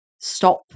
Stop